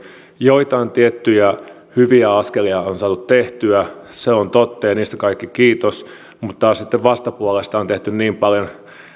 joitain tiettyjä hyviä askelia on saatu tehtyä se on totta ja niistä kaikki kiitos mutta taas sitten vastapuolesta on tehty niin paljon